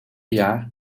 jaar